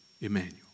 Emmanuel